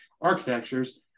architectures